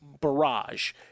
barrage